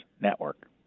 network